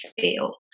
feel